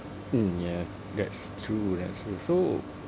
mm ya that's true that's true so